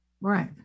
Right